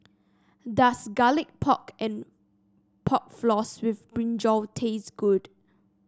does Garlic Pork and Pork Floss with brinjal taste good